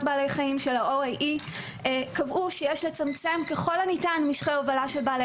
בעלי חיים של ה-OAE קבעו שיש לצמצם ככל הניתן משכי הובלה של בעלי